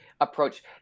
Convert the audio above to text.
approach